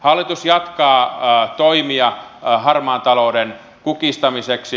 hallitus jatkaa toimia harmaan talouden kukistamiseksi